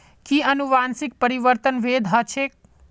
कि अनुवंशिक परिवर्तन वैध ह छेक